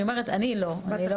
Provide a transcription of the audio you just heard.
אני אומרת אני לא עשיתי,